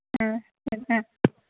ആ നിൽക്കാം